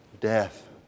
death